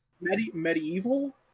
medieval